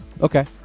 Okay